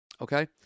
okay